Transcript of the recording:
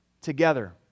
together